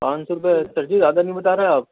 پانچ سو روپے سر جی زیادہ نہیں بتا رہے آپ